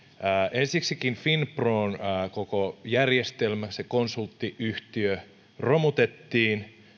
ensiksikin finpron koko järjestelmä se konsulttiyhtiö romutettiin